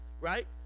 Right